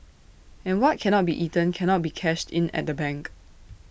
and what cannot be eaten cannot be cashed in at the bank